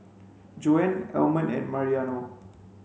Joan Almon and Mariano